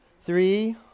three